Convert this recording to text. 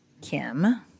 Kim